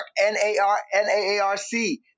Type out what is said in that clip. N-A-R-N-A-A-R-C